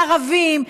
מערבים,